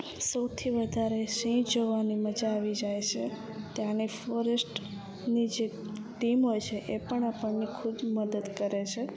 સૌથી વધારે સિંહ જોવાની મજા આવી જાય છે ત્યાંની ફોરેસ્ટની જે ટીમ હોય છે એ પણ આપણને ખુદ મદદ કરે છે